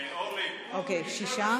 שישה,